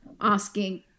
asking